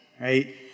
right